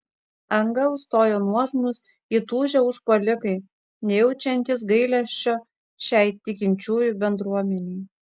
angą užstojo nuožmūs įtūžę užpuolikai nejaučiantys gailesčio šiai tikinčiųjų bendruomenei